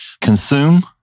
consume